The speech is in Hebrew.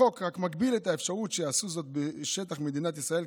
החוק רק מגביל את האפשרות שיעשו זאת בשטח מדינת ישראל,